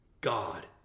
God